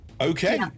Okay